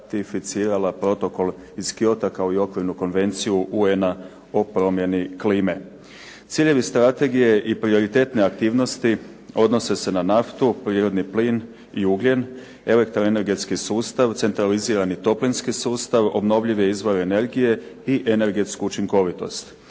ratificirala Protokol iz Kyota kao i Okvirnu konvenciju UN-a o promjeni klime. Ciljevi strategije i prioritetne aktivnosti odnose se na naftu, prirodni plin i ugljen, elektro-energetski sustav, centralizirani toplinski sustav, obnovljivi izvor energije i energetsku učinkovitost.